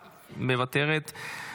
מוותרת,